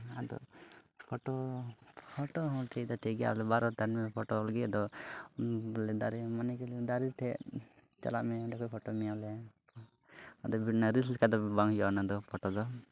ᱟᱫᱚ photo photo ᱦᱚᱸ ᱴᱷᱤᱠ ᱫᱚ ᱴᱷᱤᱠ ᱜᱮᱭᱟ ᱟᱫᱚ ᱵᱟᱨ ᱦᱚᱲ ᱛᱟᱦᱮᱱ ᱢᱮ ᱯᱷᱳᱴᱳ ᱞᱟᱹᱜᱤᱫ ᱟᱫᱚ ᱵᱚᱞᱮ ᱫᱟᱨᱮ ᱢᱟᱱᱮ ᱠᱮᱫᱟ ᱫᱟᱨᱮ ᱴᱷᱮᱱ ᱪᱟᱞᱟᱜ ᱢᱮ ᱚᱸᱰᱮ ᱠᱷᱚᱱ ᱯᱷᱳᱴᱳ ᱢᱮᱭᱟᱞᱮ ᱟᱫᱚ ᱨᱤᱞᱥ ᱞᱮᱠᱟ ᱫᱚ ᱵᱟᱝ ᱦᱩᱭᱩᱜᱼᱟ ᱚᱱᱟᱫᱚ ᱯᱷᱳᱴᱳ ᱫᱚ